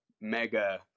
mega